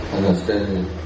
Understanding